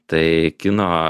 tai kino